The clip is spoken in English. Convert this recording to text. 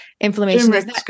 inflammation